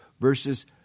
versus